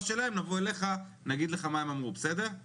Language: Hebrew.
שלהם נבוא אליך נגיד לך מה הם אמרו בסדר?